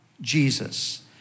Jesus